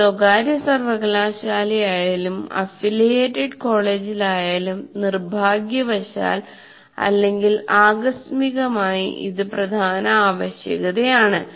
ഒരു സ്വകാര്യ സർവ്വകലാശാലയായാലും അഫിലിയേറ്റഡ് കോളേജിലായാലും നിർഭാഗ്യവശാൽ അല്ലെങ്കിൽ ആകസ്മികമായി ഇത് പ്രധാന ആവശ്യകതയാണ്